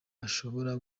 ashobora